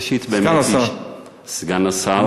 סגן שר הבריאות,